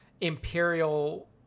Imperial